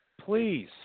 Please